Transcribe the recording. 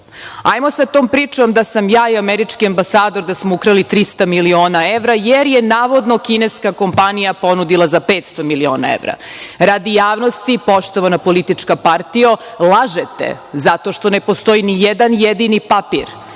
Hajmo sa tom pričom da smo ja i američki ambasador ukrali 300 miliona evra, jer je, navodno, kineska kompanija ponudila za 500 miliona evra. Radi javnosti, poštovana politička partijo, lažete, zato što ne postoji nijedan jedini papir,